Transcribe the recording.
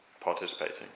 participating